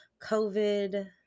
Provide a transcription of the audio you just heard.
COVID